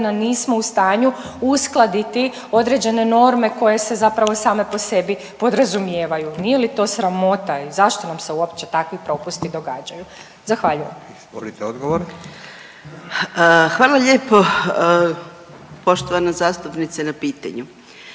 nismo u stanju uskladiti određene norme koje se zapravo same po sebi podrazumijevaju. Nije li to sramota i zašto nam se uopće takvi propusti događaju? Zahvaljujem. **Radin, Furio (Nezavisni)** Izvolite